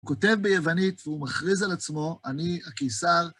הוא כותב ביוונית והוא מכריז על עצמו, אני הקיסר.